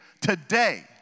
today